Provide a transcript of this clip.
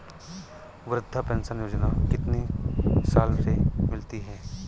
वृद्धा पेंशन योजना कितनी साल से मिलती है?